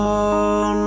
on